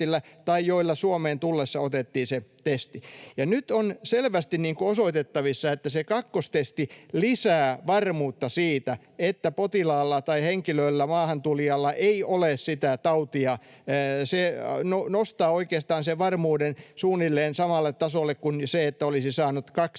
Nyt on selvästi osoitettavissa, että se kakkostesti lisää varmuutta siitä, että potilaalla tai henkilöllä, maahantulijalla, ei ole sitä tautia. Se nostaa oikeastaan sen varmuuden suunnilleen samalle tasolle kuin se, että olisi saanut kaksi rokotetta.